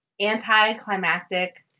anticlimactic